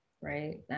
right